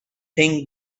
think